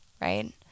right